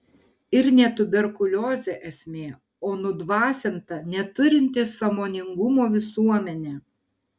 ir ne tuberkuliozė esmė o nudvasinta neturinti sąmoningumo visuomenė